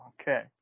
Okay